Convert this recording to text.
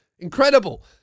incredible